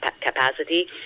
capacity